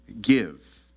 give